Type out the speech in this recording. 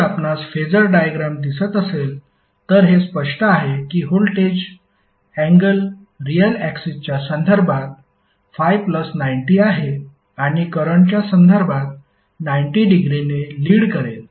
जर आपणास phasor diagram दिसत असेल तर हे स्पष्ट आहे की व्होल्टेज अँगल रियाल ऍक्सिसच्या संदर्भात ∅ 90 आहे आणि करंटच्या संदर्भात 90 डिग्रीने लीड करेल